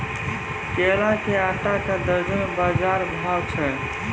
केला के आटा का दर्जन बाजार भाव छ?